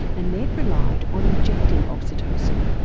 and they had relied on injecting oxytocin.